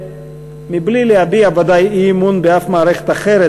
מבלי להביע אי-אמון באף מערכת אחרת,